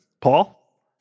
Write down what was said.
Paul